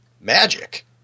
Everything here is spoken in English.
magic